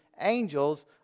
angels